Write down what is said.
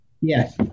Yes